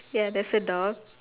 ya there's a dog